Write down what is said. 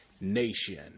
nation